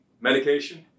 medication